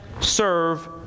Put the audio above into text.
serve